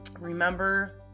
remember